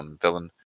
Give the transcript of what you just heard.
villain